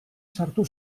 sartu